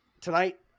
tonight